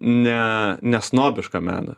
ne ne snobišką meną